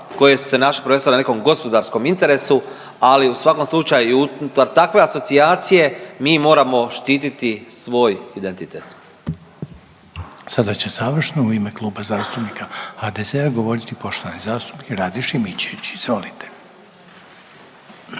koje su se našli prvenstveno na nekom gospodarskom interesu ali u svakom slučaju unutar takve asocijacije, mi moramo štititi svoj identitet. **Reiner, Željko (HDZ)** Sada će završno u ime Kluba zastupnika HDZ-a, govoriti poštovani zastupnik Rade Šimičević. Izvolite.